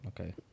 okay